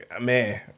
man